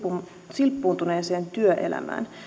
silppuuntuneeseen työelämään